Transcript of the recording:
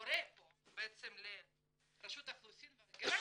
מורה פה בעצם לרשות האוכלוסין וההגירה